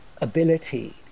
ability